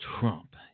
Trump